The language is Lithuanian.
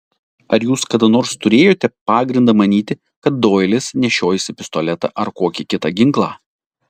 ar jūs kada nors turėjote pagrindą manyti kad doilis nešiojasi pistoletą ar kokį kitą ginklą